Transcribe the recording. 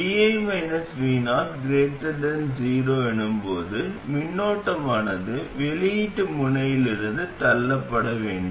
vi vo 0 எனும்போது மின்னோட்டமானது வெளியீட்டு முனையில் தள்ளப்பட வேண்டும்